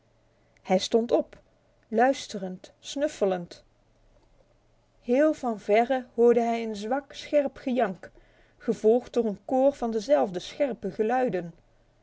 hij stond op luisterend snuffelend heel van verre hoorde hij een zwak scherp gejank gevolgd door een koor van dezelfde scherpe geluiden